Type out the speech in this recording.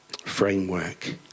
framework